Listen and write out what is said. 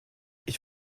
ich